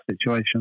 situation